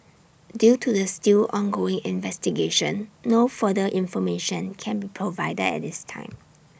due to the still ongoing investigation no further information can be provided at this time